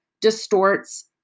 distorts